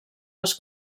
les